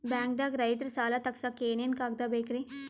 ಬ್ಯಾಂಕ್ದಾಗ ರೈತರ ಸಾಲ ತಗ್ಸಕ್ಕೆ ಏನೇನ್ ಕಾಗ್ದ ಬೇಕ್ರಿ?